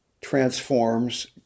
transforms